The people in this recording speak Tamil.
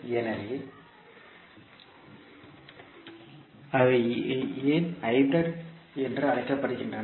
எனவே அவை ஏன் ஹைபிரிட் என்று அழைக்கப்படுகின்றன